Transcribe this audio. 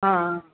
ஆ ஆ